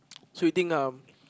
so you think um